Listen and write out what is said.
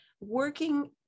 working